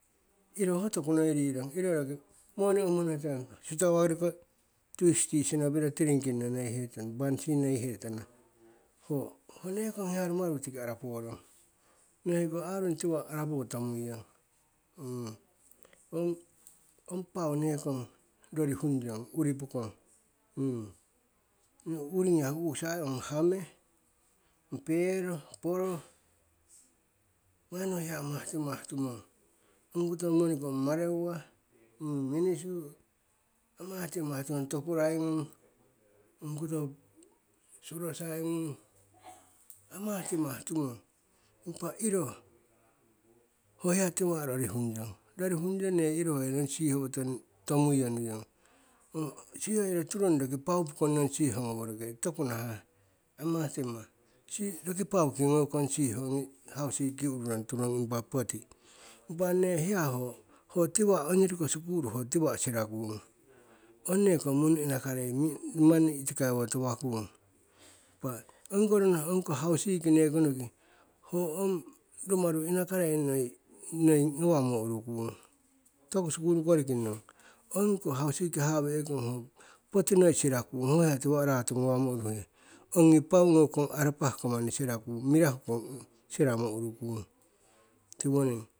Iro hoho tokunoi rirong, iro roki moni howonohro, stoa koriko tistis nopiro tiringking nno nei heihetong, bansino neihe tana, ho. He nokong hiya rumaru tiki araporong, ne hoiko arung tiwa'a arapotomui yong. ong pau nekong rorihung yong uri pokong, uri ai u'ukisa ong hame, ong pero, poro manni ho hiya amahtimah tumong. Ong koto moniko ong mareuwa, ong minisu, amahtimah tumong, topurai ngung ongkoto surosai ngung, amahtimah tumong, impa iro ho hiya tiwa'a rorihung yong. Rorihungyo nne iro hoi nong siho owotiwo tomuiyo nuiyong. Ong, siho iro turong roki pau pokong nong siho goworoke tokuko nahah amahtimah. Si, roki pauki gokong siho ogi hausikiki ururong turong impa poti. Impa nne hiya ho, ho tiwa'a ongyori ko sikulu ho tiwa'a sirakung, ong nekong munu inakarei manni itikai wo tawakung. Impa ogiko rono ogiko hausikiki nekono ki, ho ong rumaru inakarei noi, noi gawamo urukung, toku sikulu koriki nong. Ogiko hausikiki haha'a wekong ho poti noi sirakung ho hiya tiwa'a, ratugawamo uruhe, ongi pau gokong arapahko manni sirakung, mirahu ko siramo urukung, tiwoning.